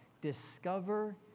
Discover